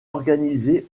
organisé